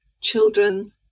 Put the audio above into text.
children